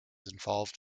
involved